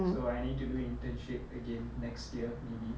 so I need to do internship again next year maybe